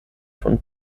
von